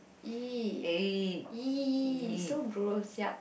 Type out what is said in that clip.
!ee! !ee! so gross yuck